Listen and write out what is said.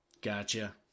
Gotcha